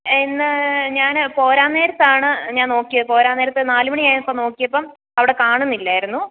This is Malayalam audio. ഇന്ന് ഞാൻ പോരാൻ നേരത്താണ് ഞാൻ നോക്കിയത് പോരാൻ നേരത്ത് നാല് മണിയായപ്പോൾ നോക്കിയപ്പം അവിടെ കാണുന്നില്ലായിരുന്നു